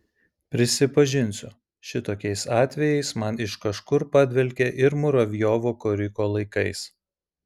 prisipažinsiu šitokiais atvejais man iš kažkur padvelkia ir muravjovo koriko laikais